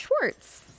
Schwartz